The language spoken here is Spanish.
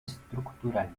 estructural